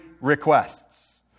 requests